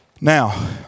Now